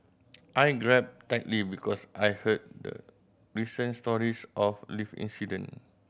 I grabbed tightly because I heard the recent stories of lift incident